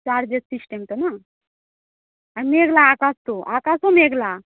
চার্জের সিস্টেম তো না আর মেঘলা আকাশ তো আকাশও মেঘলা